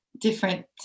different